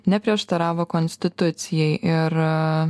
neprieštaravo konstitucijai ir